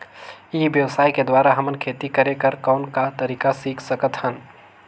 ई व्यवसाय के द्वारा हमन खेती करे कर कौन का तरीका सीख सकत हन?